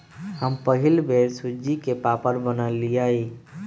हम पहिल बेर सूज्ज़ी के पापड़ बनलियइ